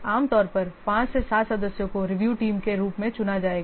आम तौर पर 5 से 7 सदस्यों को रिव्यू टीम के रूप में चुना जाएगा